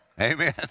Amen